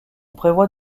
prévoit